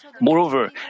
Moreover